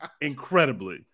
Incredibly